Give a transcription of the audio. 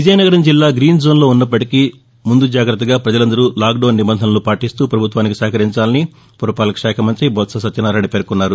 విజయనగరం జిల్లా గ్రీన్ జోన్లో ఉన్నప్పటికీ ముందు జాగ్రత్తగా ప్రజలందరూ లాక్డౌన్ నిబంధనలను పాటిస్తూ ప్రభుత్వానికి సహకరించాలని పురపాలక శాఖ మంత్రి బొత్స సత్యనారాయణ పేర్కొన్నారు